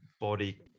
body